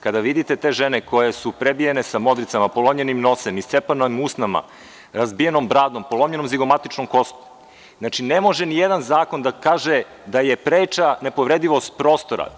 Kada vidite te žene koje su prebijene sa modricama, polomljenim nosem, iscepanim usnama, razbijenom bradom, polomljenom koskom, ne može nijedan zakon da kaže da je preča nepovredivost prostora.